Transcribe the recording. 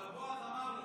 אבל בועז אמר לו.